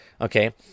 okay